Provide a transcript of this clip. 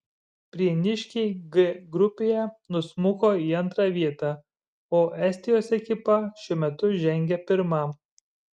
prieniškiai g grupėje nusmuko į antrą vietą o estijos ekipa šiuo metu žengia pirma